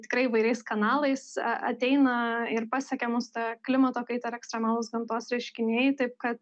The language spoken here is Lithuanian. tikrai įvairiais kanalais a ateina ir pasiekia mus ta klimato kaita ir ekstremalūs gamtos reiškiniai taip kad